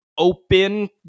open